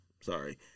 sorry